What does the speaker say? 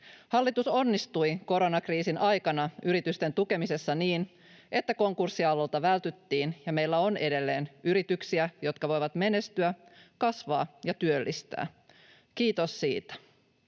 Hallitus onnistui koronakriisin aikana yritysten tukemisessa niin, että konkurssiaallolta vältyttiin ja meillä on edelleen yrityksiä, jotka voivat menestyä, kasvaa ja työllistää — kiitos siitä.